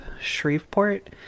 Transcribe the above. Shreveport